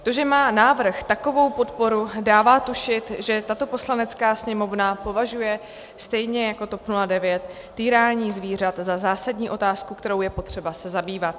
To, že má návrh takovou podporu, dává tušit, že tato Poslanecká sněmovna považuje stejně jako TOP 09 týrání zvířat za zásadní otázku, kterou je potřeba se zabývat.